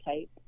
type